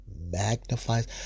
magnifies